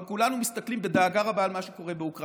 אבל כולנו מסתכלים בדאגה רבה על מה שקורה באוקראינה.